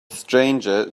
stranger